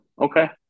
Okay